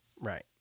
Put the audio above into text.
Right